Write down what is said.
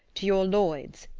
to your lloyd's,